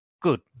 Good